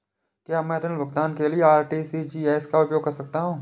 क्या मैं ऋण भुगतान के लिए आर.टी.जी.एस का उपयोग कर सकता हूँ?